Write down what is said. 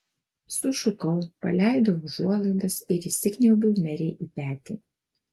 sušukau paleidau užuolaidas ir įsikniaubiau merei į petį